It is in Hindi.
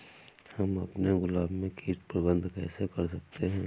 हम अपने गुलाब में कीट प्रबंधन कैसे कर सकते है?